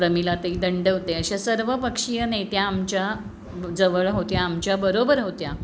प्रमिलाताई दंडवते अशा सर्व पक्षीय नेत्या आमच्या जवळ होत्या आमच्या बरोबर होत्या